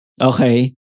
Okay